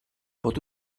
pot